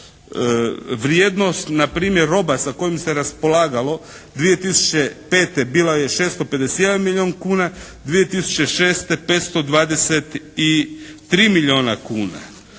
Vrijednost na primjer roba sa kojom se raspolagalo 2005. bila je 651 milijun kuna, 2006. 523 milijuna kuna.